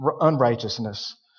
unrighteousness